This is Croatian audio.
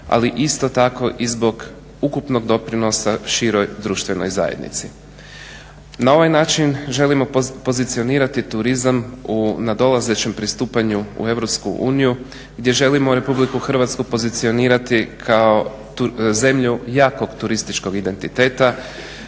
ali isto tako i zbog ukupnog doprinosa široj društvenoj zajednici. Na ovaj način želimo pozicionirati turizam u nadolazećem pristupanju u EU gdje želimo Republiku Hrvatsku pozicionirati kao zemlju jakog turističkog identiteta